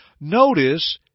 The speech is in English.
Notice